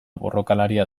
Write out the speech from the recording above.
borrokalaria